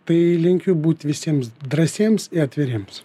tai linkiu būt visiems drąsiems atviriems